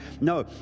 No